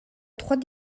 trois